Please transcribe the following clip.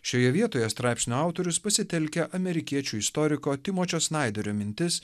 šioje vietoje straipsnio autorius pasitelkia amerikiečių istoriko timočio snaiderio mintis